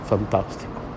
fantastico